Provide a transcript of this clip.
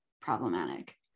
problematic